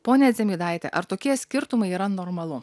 ponia dzimidaite ar tokie skirtumai yra normalu